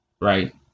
Right